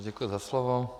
Děkuji za slovo.